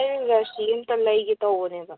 ꯑꯩꯅ ꯖꯔꯁꯤ ꯑꯝꯇ ꯂꯩꯒꯦ ꯇꯧꯕꯅꯦꯕ